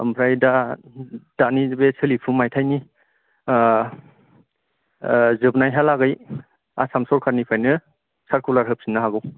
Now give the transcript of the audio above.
ओमफ्राइ दा दानि सोलिफु माइथायनि जोबनाय हा लागै आसाम सरखारनिफ्रायनो सारकुलार होफिननो हागौ